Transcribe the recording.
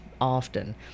often